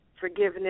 forgiveness